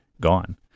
gone